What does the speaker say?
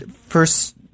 first